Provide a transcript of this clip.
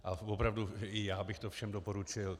A opravdu i já bych to všem doporučil.